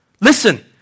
Listen